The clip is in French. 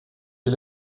est